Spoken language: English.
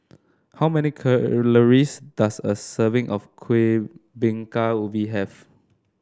how many calories does a serving of Kuih Bingka Ubi have